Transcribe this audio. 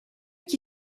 qui